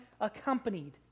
accompanied